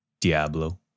Diablo